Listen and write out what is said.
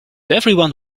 everyone